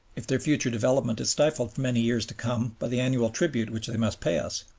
if their future development is stifled for many years to come by the annual tribute which they must pay us.